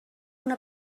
una